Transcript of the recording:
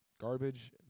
garbage